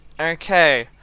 Okay